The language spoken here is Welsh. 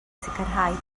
sicrhau